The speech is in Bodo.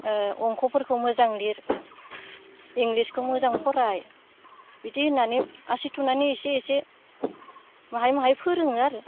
अंक'फोरखौ मोजां लिर इंलिसखौ मोजां फराय बिदि होननानै आसि थुनानै इसे इसे बाहाय बाहाय फोरोङो आरो